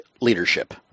leadership